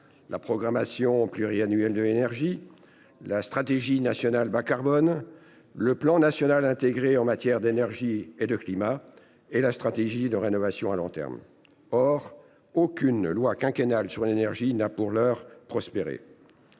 la programmation pluriannuelle de l’énergie (PPE), la stratégie nationale bas carbone (SNBC), le plan national intégré en matière d’énergie et de climat (Pniec) et la stratégie de rénovation à long terme. Or aucune loi quinquennale sur l’énergie n’a pour l’heure été